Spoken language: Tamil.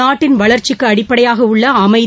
நாட்டின் வளர்ச்சிக்கு அடிப்படையாக உள்ள அமைதி